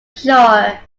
sure